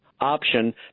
option